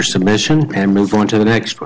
submission and move on to the next one